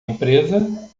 empresa